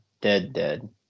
dead-dead